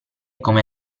come